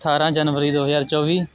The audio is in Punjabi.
ਅਠਾਰਾਂ ਜਨਵਰੀ ਦੋ ਹਜ਼ਾਰ ਚੋਵੀ